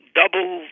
double